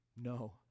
No